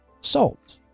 salt